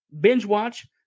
binge-watch